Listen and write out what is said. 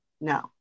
No